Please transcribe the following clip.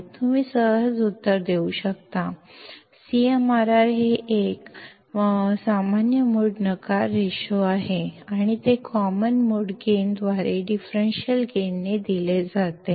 ನೀವು ತುಂಬಾ ಸುಲಭವಾಗಿ ಉತ್ತರಿಸಬಹುದು CMRR common mode rejection ratio ಆಗಿದೆ ಮತ್ತು ಇದನ್ನು common mode gain by differential ಗೈನ್ನಿಂದ ನೀಡಲಾಗುತ್ತದೆ